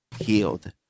healed